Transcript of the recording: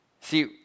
See